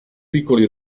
piccoli